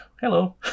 hello